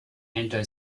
anti